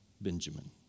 Benjamin